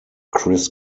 chris